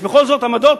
יש בכל זאת עמדות.